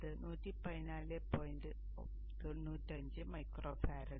95 micro ഫാരഡുകൾ